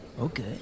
Okay